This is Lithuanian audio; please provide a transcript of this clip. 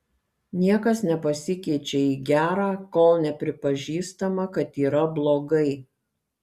niekas nepasikeičia į gerą kol nepripažįstama kad yra blogai